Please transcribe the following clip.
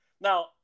Now